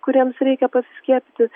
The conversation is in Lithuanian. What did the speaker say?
kuriems reikia paskiepyti